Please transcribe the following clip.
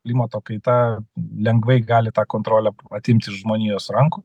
klimato kaita lengvai gali tą kontrolę atimt iš žmonijos rankų